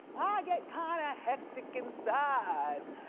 i get kinda hectic inside